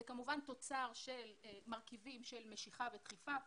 זה כמובן תוצר של מרכיבים של משיכה ודחיפה,